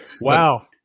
Wow